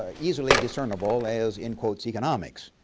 ah easily discernable as in economics.